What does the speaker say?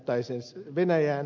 täysin venäjän